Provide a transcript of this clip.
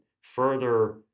further